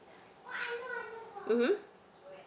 mmhmm